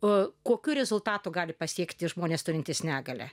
o kokių rezultatų gali pasiekti žmonės turintys negalią